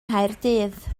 nghaerdydd